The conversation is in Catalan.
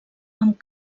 amb